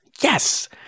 Yes